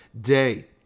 day